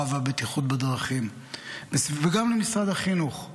והבטיחות בדרכים וגם למשרד החינוך.